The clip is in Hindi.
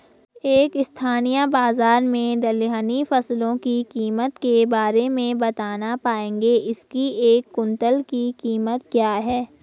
आजकल स्थानीय बाज़ार में दलहनी फसलों की कीमत के बारे में बताना पाएंगे इसकी एक कुन्तल की कीमत क्या है?